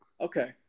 Okay